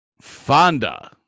Fonda